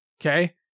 Okay